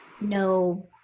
no